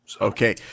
Okay